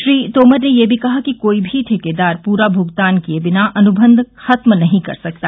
श्री तोमर ने यह भी कहा कि कोई भी ठेकेदार पूरा भुगतान किए बिना अनुबंध खत्म नहीं कर सकता